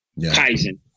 Kaizen